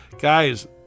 Guys